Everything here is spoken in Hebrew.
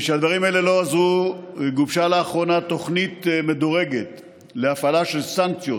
משהדברים האלה לא עזרו גובשה לאחרונה תוכנית מדורגת להפעלה של סנקציות